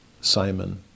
Simon